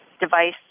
device